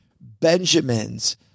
benjamins